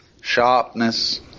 Sharpness